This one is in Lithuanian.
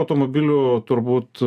automobilių turbūt